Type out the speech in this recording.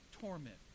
torment